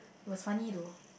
was funny though